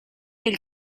del